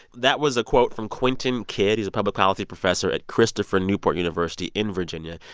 that was a quote from quentin kidd. he's a public policy professor at christopher newport university in virginia.